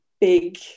big